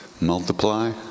multiply